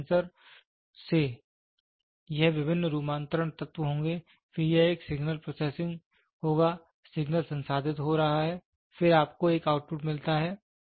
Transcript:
तो सेंसर से यह विभिन्न रुपांतरण तत्व होंगे फिर यह एक सिग्नल प्रोसेसिंग होगा सिग्नल संसाधित हो रहा है फिर आपको एक आउटपुट मिलता है